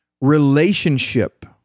relationship